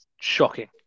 shocking